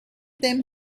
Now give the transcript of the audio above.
them